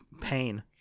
pain